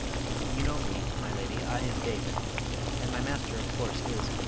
you know me, my lady i am david and my master of course is,